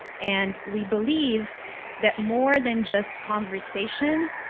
and we believe that more than just conversation.